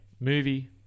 movie